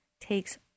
takes